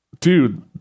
dude